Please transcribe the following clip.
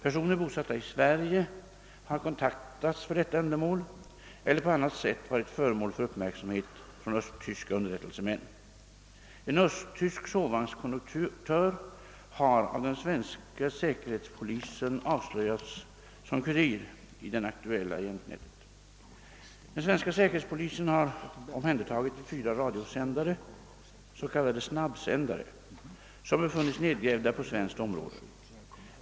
Personer bosatta i Sverige har kontaktats för detta ändamål eller på annat sätt varit föremål för uppmärksamhet från östtyska underrättelsemän. En östtysk sovvagnskonduktör har av den svenska säkerhetspolisen avslöjats som kurir i det aktuella agentnätet. Den svenska säkerhetspolisen har omhändertagit fyra radiosändare, s.k. snabbsändare, som funnits nedgrävda på svenskt område.